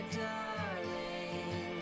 darling